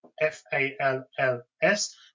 F-A-L-L-S